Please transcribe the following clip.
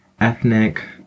Ethnic